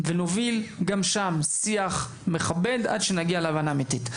וננהל שם שיח מכבד עד שנצא עם הבנה אמיתית.